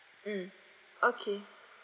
mm okay